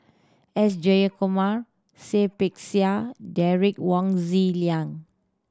S Jayakumar Seah Peck Seah Derek Wong Zi Liang